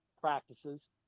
practices